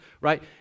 right